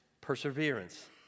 perseverance